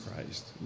Christ